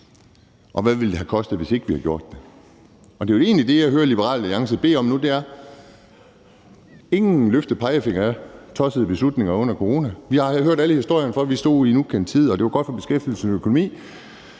og hvad det ville have kostet, hvis vi ikke havde gjort det. Det er jo egentlig det, jeg hører Liberal Alliance nu beder om, altså ingen løftede pegefingre ad tossede beslutninger under corona. Vi har jo hørt alle historierne om, at vi stod i en ukendt tid, og at det var godt for beskæftigelsen og økonomien.